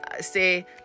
say